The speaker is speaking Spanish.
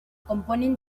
componen